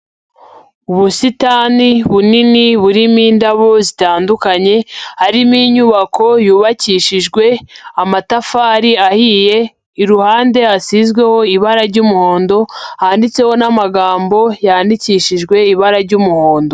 Ubusitani bunini burimo indabo zitandukanye, harimo inyubako yubakishijwe amatafari ahiye, iruhande hasizweho ibara ry'umuhondo, handitseho n'amagambo yandikishijwe ibara ry'umuhondo.